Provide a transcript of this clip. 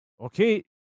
okay